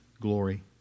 glory